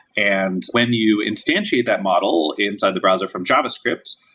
and when you instantiate that model inside of the browser from javascript,